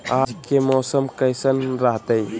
आज के मौसम कैसन रहताई?